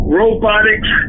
robotics